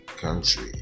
Country